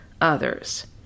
others